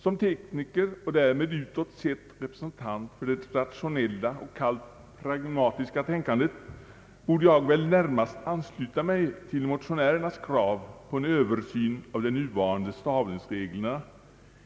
Som tekniker och därmed utåt sett representant för det rationella och kallt pragmatiska tänkandet borde jag väl närmast ansluta mig till motionärernas krav på en översyn av de nuvarande stavningsreglerna